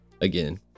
again